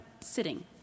sitting